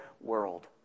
world